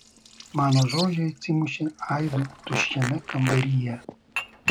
mano žodžiai atsimušė aidu tuščiame kambaryje